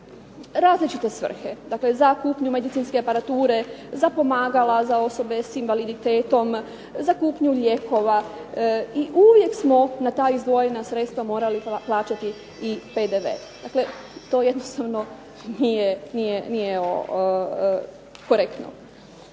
različite svrhe, dakle za kupnju medicinske aparature, za pomagala za osobe s invaliditetom, za kupnju lijekova i uvijek smo na ta izdvojena sredstva morali plaćati i PDV, dakle to jednostavno nije korektno.